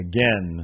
Again